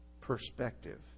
perspective